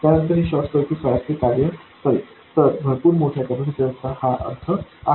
त्यानंतर हे short circuit सारखे कार्य करेल तर भरपूर मोठ्या कॅपेसिटर चा हा असा अर्थ आहे